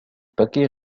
paquets